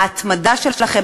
ההתמדה שלכם,